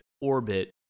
orbit